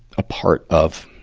a part of,